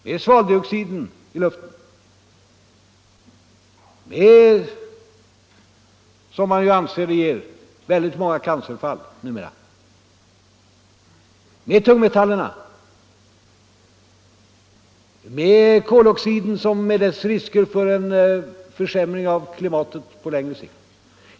Det är svaveldioxiden i luften; den ger - som man ju anser numera — upphov till väldigt många cancerfall. Det är tungmetallerna. Det är koldioxiden med dess risker för en försämring av klimatet på länge sikt.